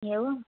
एवम्